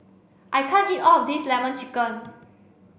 I can't eat all of this lemon chicken